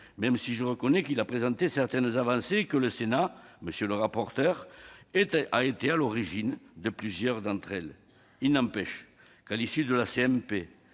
reconnais toutefois qu'il permet certaines avancées et que le Sénat, monsieur le rapporteur, a été à l'origine de plusieurs d'entre elles. Il n'empêche qu'à l'issue de la CMP